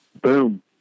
boom